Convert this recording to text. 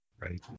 Right